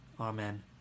Amen